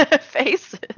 faces